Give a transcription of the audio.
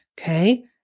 Okay